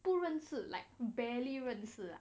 不认识 like barely 认识